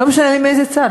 לא משנה לי מאיזה צד,